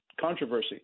controversy